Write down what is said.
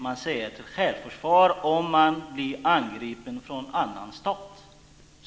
Man säger att det är fråga om självförsvar om man blir angripen av en annan stat.